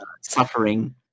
suffering